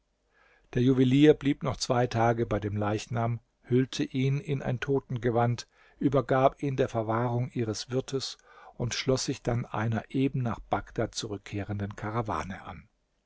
der juwelier blieb noch zwei tage bei dem leichnam hüllte ihn in ein totengewand übergab ihn der verwahrung ihres wirtes und schloß sich dann einer eben nach bagdad zurückkehrenden karawane an